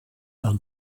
are